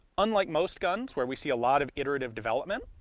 unlike most guns where we see a lot of iterative development,